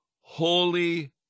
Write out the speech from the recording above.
holy